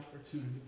opportunity